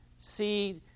see